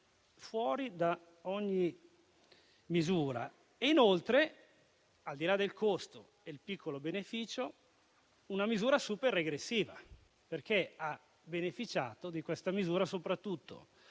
fuori da ogni misura. Inoltre, al di là del costo e del piccolo beneficio, è una misura super regressiva, perché ha beneficiato di questa misura soprattutto